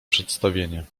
przedstawienie